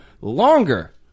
longer